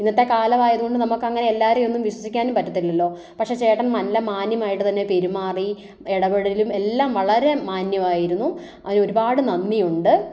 ഇന്നത്തെ കാലമായതുകൊണ്ട് നമുക്ക് അങ്ങനെ എല്ലാവരെയും ഒന്നും വിശ്വസിക്കാനും പറ്റത്തില്ലലോ പക്ഷേ ചേട്ടൻ നല്ല മാന്യമായിട്ട് തന്നെ പെരുമാറി ഇടപെടലും എല്ലാം വളരെ മാന്യമായിരുന്നു അതിനു ഒരുപാട് നന്ദി ഉണ്ട്